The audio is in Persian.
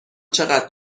چقدر